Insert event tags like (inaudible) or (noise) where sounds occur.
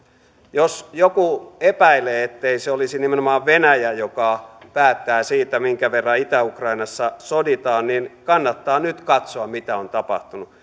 jos joku epäilee ettei se olisi nimenomaan venäjä joka päättää siitä minkä verran itä ukrainassa soditaan niin kannattaa nyt katsoa mitä on tapahtunut (unintelligible)